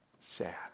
sad